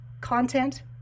content